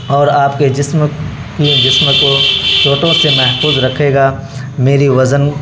اور آپ کے جسم کی جسم کو چوٹوں سے محفوظ رکھے گا میری وزن